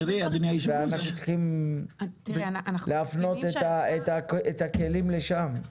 ואנחנו צריכים להפנות את הכלים לשם.